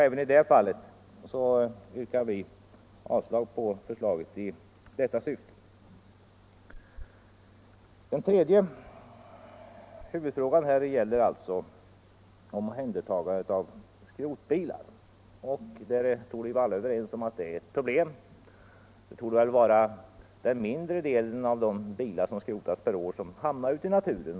Även i det fallet yrkar vi avslag på propositionens förslag. Den tredje huvudfrågan gäller omhändertagandet av skrotbilar. Vi torde alla vara överens om att det är ett problem. Förmodligen hamnar en mindre del av alla bilar som skrotas varje år ute i naturen.